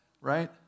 right